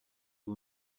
que